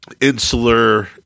insular